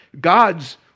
God's